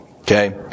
Okay